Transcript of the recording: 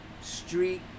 street